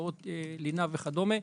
מסגרות לינה וכדומה.